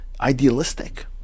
idealistic